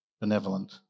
benevolent